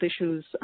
issues